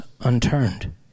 unturned